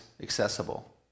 accessible